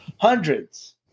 hundreds